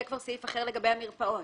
זה כבר סעיף אחר לגבי המרפאות.